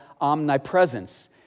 omnipresence